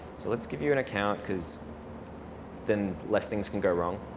so let's give you an account because then less things can go wrong.